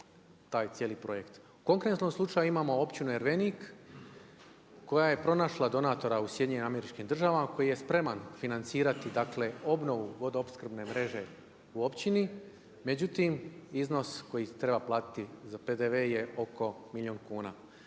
taj cijeli projekt. U konkretnom slučaju imamo općinu Ervenik koja je pronašla donatora u SAD-u, koji je spreman financirati, dakle obnovu vodoopskrbne mreže u općini, međutim iznos koji treba platiti za PDV je oko milijun kuna.